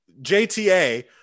JTA